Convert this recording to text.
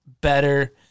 better